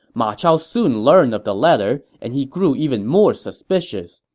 ma chao soon learned of the letter, and he grew even more suspicious.